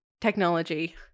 technology